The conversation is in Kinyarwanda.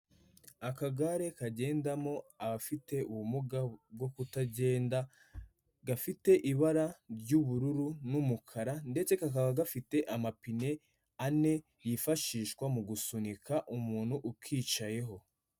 Akagare kagendamo abafite ubumuga bwo kutagenda, gafite ibara ry'ubururu n'umukara, ndetse kakaba gafite amapine ane, yifashishwa mu gusunika umuntu ukicayeho.